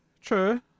true